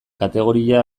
kategoria